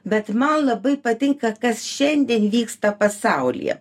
bet man labai patinka kas šiandien vyksta pasaulyje